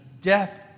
death